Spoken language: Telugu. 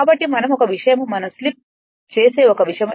కాబట్టి మనం ఒక విషయం మనం స్లిప్ చేసే ఒక విషయం n S n n S